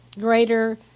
greater